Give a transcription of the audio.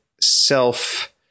self